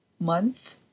month